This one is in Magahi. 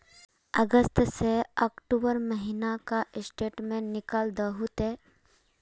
अगस्त से अक्टूबर महीना का स्टेटमेंट निकाल दहु ते?